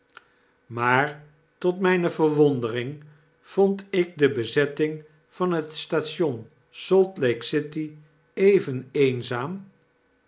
maar tot mpe verwondering vond ik de bezetting van het station salt lake city even eenzaam